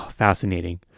fascinating